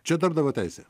čia darbdavio teisė